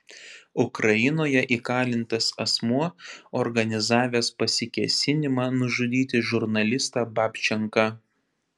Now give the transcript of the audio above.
ukrainoje įkalintas asmuo organizavęs pasikėsinimą nužudyti žurnalistą babčenką